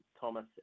Thomas